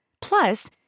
Plus